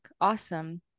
Awesome